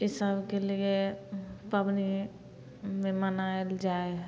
इसब केलिए पबनीमे मनाएल जाइ हइ